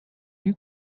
you